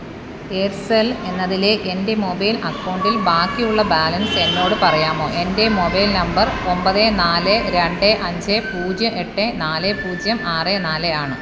Aircel എന്നതിലെ എൻ്റെ mobile അക്കൗണ്ടിൽ ബാക്കിയുള്ള ബാലൻസ് എന്നോട് പറയാമോ എൻ്റെ മൊബൈൽ നമ്പർ ഒമ്പത് നാല് രണ്ട് അഞ്ച് പൂജ്യം എട്ട് നാല് പൂജ്യം ആറ് നാല് ആണ്